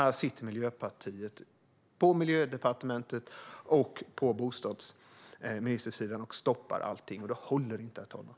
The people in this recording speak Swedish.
Här sitter dock Miljöpartiet på Miljödepartementet och på bostadsministersidan och stoppar allting. Det håller inte, herr talman.